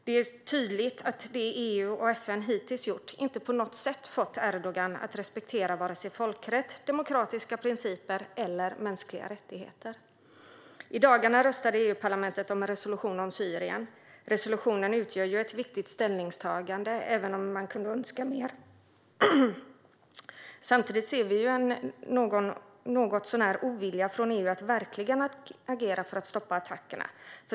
Det är tydligt att det som EU och FN hittills gjort inte på något sätt har fått Erdogan att respektera vare sig folkrätt, demokratiska principer eller mänskliga rättigheter. I dagarna röstade EU-parlamentet om en resolution om Syrien. Resolutionen utgör ett viktigt ställningstagande, även om man kunde önska mer. Samtidigt ser vi en viss ovilja från EU att verkligen agera för att stoppa attackerna.